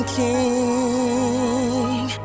king